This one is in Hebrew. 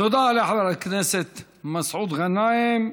תודה לחבר הכנסת מסעוד גנאים.